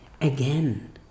Again